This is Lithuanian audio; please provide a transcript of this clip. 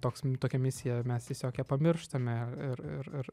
toks tokia misija mes tiesiog ją pamirštame ir ir ir